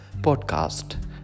podcast